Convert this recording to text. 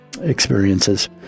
experiences